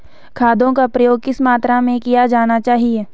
खादों का प्रयोग किस मात्रा में किया जाना चाहिए?